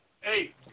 Hey